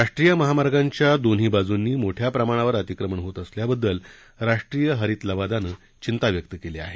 राष्ट्रीय महामार्गांच्या दोन्ही बाजूंनी मोठ्या प्रमाणावर अतिक्रमण होत असल्याबद्दल राष्ट्रीय हरित लवादानं चिंता व्यक्त केली आहे